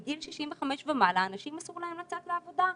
בגיל 65 ומעלה לאנשים אסור לצאת לעבודה.